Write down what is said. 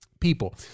people